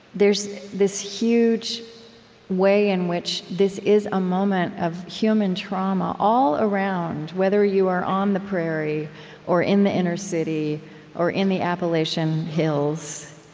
there's this huge way in which this is a moment of human trauma, all around, whether you are on the prairie or in the inner city or in the appalachian hills.